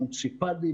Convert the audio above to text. מוניציפלי,